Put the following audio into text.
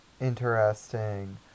interesting